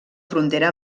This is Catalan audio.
frontera